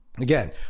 again